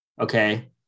okay